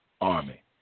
army